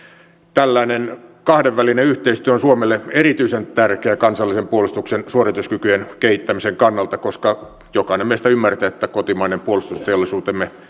tällainen kahdenvälinen yhteistyö on suomelle erityisen tärkeää kansallisen puolustuksen suorituskykyjen kehittämisen kannalta koska kuten jokainen meistä ymmärtää kotimainen puolustusteollisuutemme